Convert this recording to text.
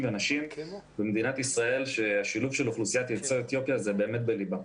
במדינת ישראל ששילוב אוכלוסיית יוצאי אתיופיה נמצא בליבם.